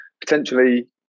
Potentially